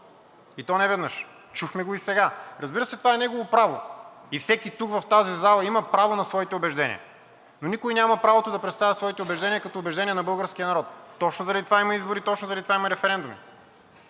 и то неведнъж, чухме го и сега. Разбира са, това е негово право и всеки тук в тази зала има право на своите убеждения. Но никой няма правото да представя своите убеждения като убеждения на българския народ. Точно заради това има избори, точно заради това има референдуми.